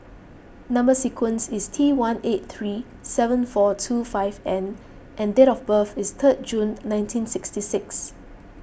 Number Sequence is T one eight three seven four two five N and date of birth is third June nineteen sixty six